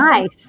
Nice